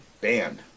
banned